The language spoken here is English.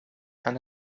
and